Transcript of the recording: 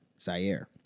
Zaire